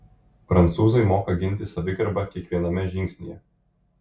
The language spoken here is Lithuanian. prancūzai moka ginti savigarbą kiekviename žingsnyje